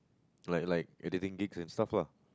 like like editing gigs and stuff lah